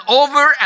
over